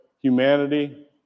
humanity